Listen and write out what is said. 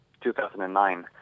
2009